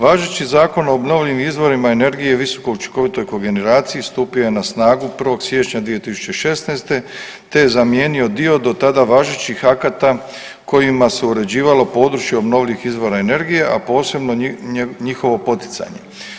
Važeći Zakon o obnovljivim izvorima energije i visokoučinkovitoj kogeneraciji stupio je na snagu 1. siječnja 2016., te je zamijenio dio do tada važećih akata kojima se uređivalo područje obnovljivih izvora energije, a posebno njihovo poticanje.